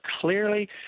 clearly